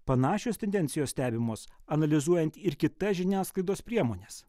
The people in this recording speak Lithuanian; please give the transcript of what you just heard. panašios tendencijos stebimos analizuojant ir kita žiniasklaidos priemones